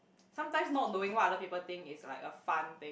sometimes not knowing what other people think is like a fun thing